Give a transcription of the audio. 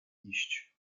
iść